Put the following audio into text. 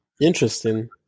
Interesting